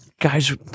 guys